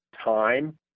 time